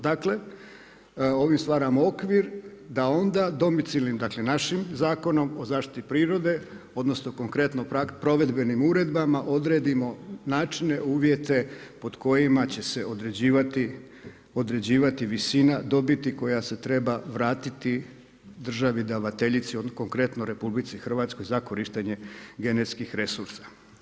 Dakle ovim stvaramo okvir da onda domicilnim dakle našim Zakonom o zaštiti prirode odnosno konkretno provedbenim uredbama odredimo načine, uvjete pod kojima će se određivati visina dobiti koja se treba vratiti državi davateljici, konkretno RH za korištenje genetskih resursa.